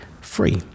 free